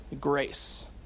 grace